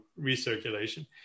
recirculation